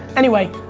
anyway,